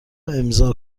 امضا